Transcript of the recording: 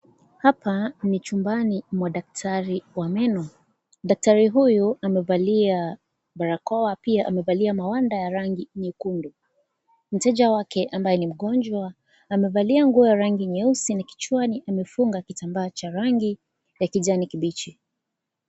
Hapa ni chumbani mwa daktari wa meno, daktari huyu amevalia barakoa, amevalia pia wagwanda ya rangi nyekundu, mteja wake ambaye ni mgonjwa, amevalia nguo ya rangi nyeusi na kichwani amefunga, kitambaa cha rangi ya kijani kibichi.